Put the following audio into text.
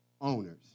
owners